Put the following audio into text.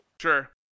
Sure